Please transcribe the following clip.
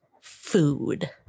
food